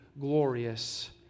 glorious